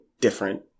different